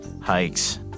hikes